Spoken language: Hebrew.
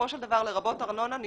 לרבות ארנונה,